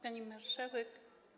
Pani Marszałek!